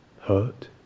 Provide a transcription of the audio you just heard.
hurt